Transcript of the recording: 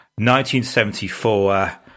1974